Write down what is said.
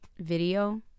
video